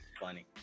funny